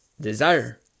desire